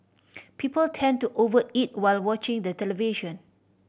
people tend to over eat while watching the television